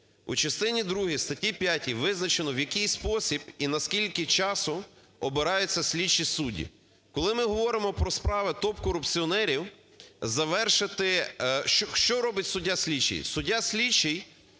У частині другій статті 5 визначено, в який спосіб і на скільки часу обираються слідчі судді. Коли ми говоримо про справи топ-корупціонерів, завершити… Що робить суддя-слідчий?